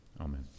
amen